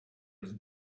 his